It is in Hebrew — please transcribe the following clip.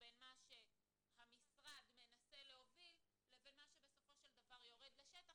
בין מה שהמשרד מנסה להוביל לבין מה שבסופו של דבר יורד לשטח,